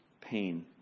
pain